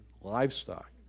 livestock